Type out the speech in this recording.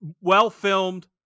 well-filmed